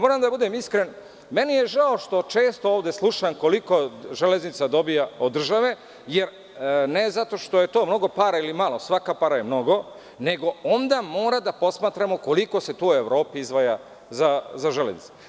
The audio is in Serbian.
Moram da budem iskren, meni je žao što često ovde slušam koliko železnica dobija od države, ne zato što je to mnogo para ili malo, svaka para je mnogo, nego onda mora da posmatramo koliko se u Evropi izdvaja za železnice.